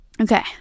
okay